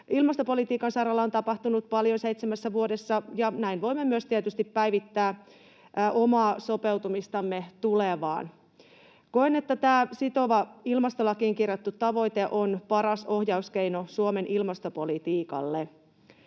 ilmastopolitiikan saralla on tapahtunut paljon seitsemässä vuodessa ja näin voimme myös tietysti päivittää omaa sopeutumistamme tulevaan. Koen, että tämä sitova ilmastolakiin kirjattu tavoite on paras ohjauskeino Suomen ilmastopolitiikalle.